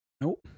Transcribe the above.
Nope